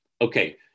Okay